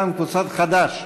להלן: קבוצת חד"ש.